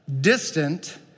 distant